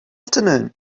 afternoon